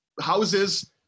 houses